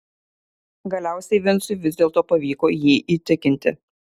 galiausiai vincui vis dėlto pavyko jį įtikinti